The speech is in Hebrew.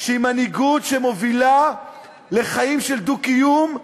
שמובילה לחיים של דו-קיום.